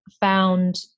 found